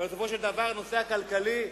אבל בסופו של דבר הנושא הכלכלי,